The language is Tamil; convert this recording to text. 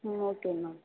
ம் ஓகேங்க மேம்